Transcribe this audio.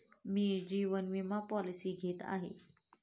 मी जीवन विमा पॉलिसी घेत आहे